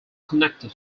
connected